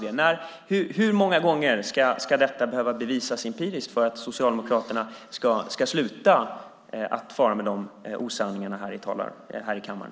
Hur många gånger ska detta behöva bevisas empiriskt för att Socialdemokraterna ska sluta fara med dessa osanningar här i kammaren?